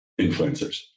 influencers